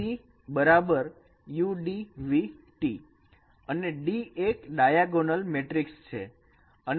C UDV T અને D એક diagonal matrix છે